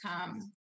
come